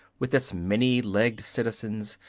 with its many-legged citizens,